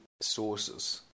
sources